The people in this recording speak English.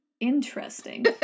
Interesting